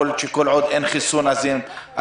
יכול להיות שכל עוד אין חיסון אז אתם